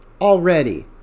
already